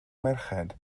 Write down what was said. merched